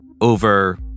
over